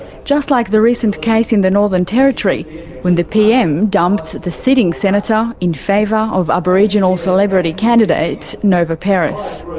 just like the recent case in the northern territory when the pm dumped the sitting senator in favour of aboriginal celebrity candidate nova peris.